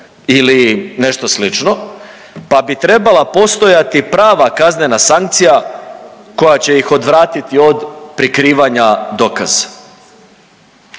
ili nešto slično pa bi trebala postojati prava kaznena sankcija koja će ih odvratiti od prikrivanja dokaza.